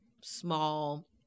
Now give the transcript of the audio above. small